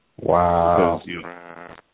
wow